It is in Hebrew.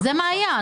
זה מה היה.